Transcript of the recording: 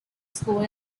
school